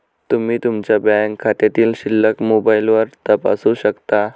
तुम्ही तुमच्या बँक खात्यातील शिल्लक मोबाईलवर तपासू शकता